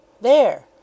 There